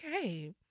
Okay